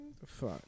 Fuck